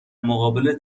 مقابل